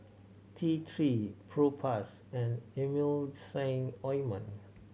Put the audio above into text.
T Three Propass and Emulsying Ointment